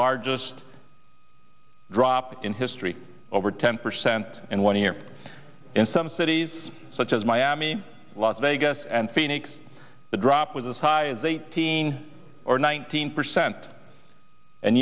largest drop in history over ten percent and one year in some cities such as miami las vegas and phoenix the drop was as high as eighteen or nineteen percent and